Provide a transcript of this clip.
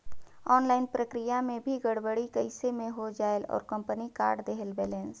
Online प्रक्रिया मे भी गड़बड़ी कइसे मे हो जायेल और कंपनी काट देहेल बैलेंस?